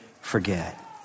forget